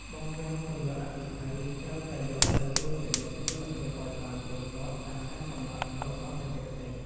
បំពង់ពន្លត់អគ្គិភ័យត្រូវតែយកទៅត្រួតពិនិត្យគុណភាពឱ្យបានទៀងទាត់តាមការកំណត់របស់បច្ចេកទេស។